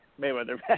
Mayweather